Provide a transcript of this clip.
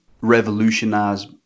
revolutionize